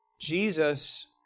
Jesus